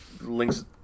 Link's